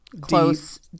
close